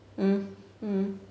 mm mm